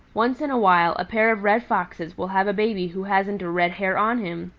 once in a while a pair of red foxes will have a baby who hasn't a red hair on him.